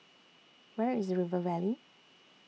Where IS River Valley